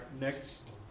Next